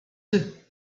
deux